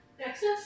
Texas